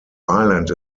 island